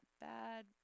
bad